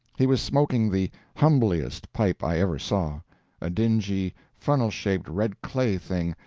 he was smoking the humbliest pipe i ever saw a dingy, funnel-shaped, red-clay thing,